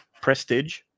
Prestige